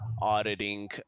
auditing